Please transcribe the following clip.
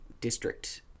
district